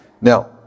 Now